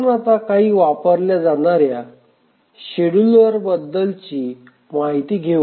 आपण आता काही वापरल्या जाणाऱ्या शेड्युलर बद्दल माहिती घेऊ